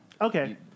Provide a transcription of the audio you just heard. Okay